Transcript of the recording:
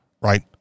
right